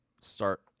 start